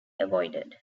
avoided